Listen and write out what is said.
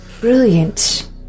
brilliant